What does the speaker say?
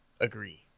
agree